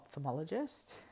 ophthalmologist